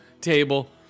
table